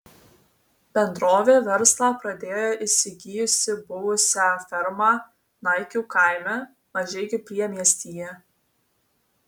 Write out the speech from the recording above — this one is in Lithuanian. bendrovė verslą pradėjo įsigijusi buvusią fermą naikių kaime mažeikių priemiestyje